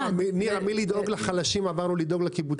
מלדאוג לחלשים עברנו לדאוג לקיבוצים?